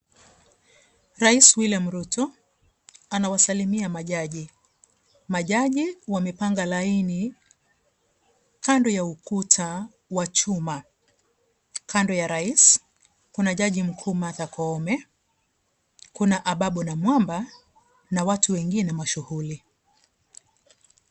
Rais William Ruto anawasalimia majaji , majaji wamepanga laini kando ya ukuta wa chuma. Kando ya raisi kuna jaji mkuu Martha Koome, kuna Ababu Namwamba na watu wengine mashuhuri.